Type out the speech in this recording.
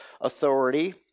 authority